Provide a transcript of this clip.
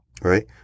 right